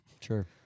Sure